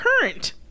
current